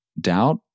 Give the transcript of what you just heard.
doubt